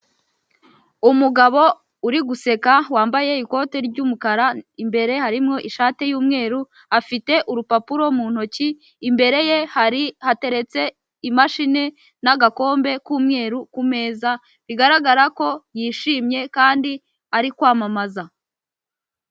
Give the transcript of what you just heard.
Umugabo uri guseka wambaye ikoti ry'umukara imbere harimo ishati y'umweru afite urupapuro mu ntoki, imbere ye hari hateretse imashini n'agakombe k'umweru ku meza bigaragara ko yishimye kandi ari kwamamaza.